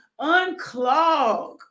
Unclog